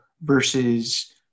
versus